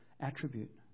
attribute